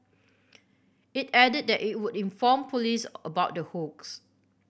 it added that it would inform police about the hoax